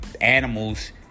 animals